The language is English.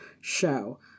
show